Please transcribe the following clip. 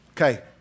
Okay